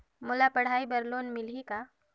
मोला पढ़ाई बर लोन मिलही का?